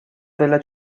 della